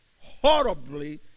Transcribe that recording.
horribly